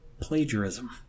Plagiarism